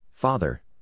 Father